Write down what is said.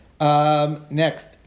Next